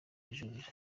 kujurira